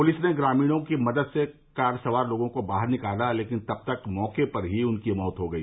police ने ग्रामीणों की मदद से कार सवार लोगों को बाहर निकाला लेकिन तब तक मौके पर ही उनकी मौत हो गई